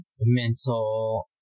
mental